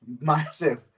massive